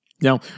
Now